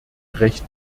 recht